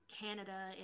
canada